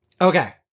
Okay